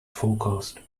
forecast